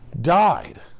died